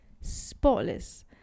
spotless